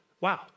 wow